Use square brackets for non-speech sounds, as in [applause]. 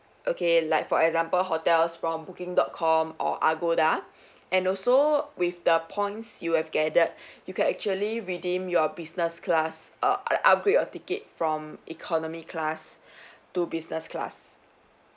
okay like for example hotels from booking dot com or agoda [breath] and also with the points you have gathered you can actually redeem your business class err like upgrade your ticket from economy class [breath] to business class